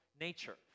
nature